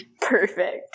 Perfect